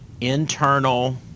internal